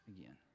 again